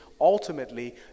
ultimately